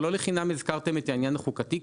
אבל לא לחינם הזכרתם את העניין החוקתי,